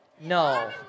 No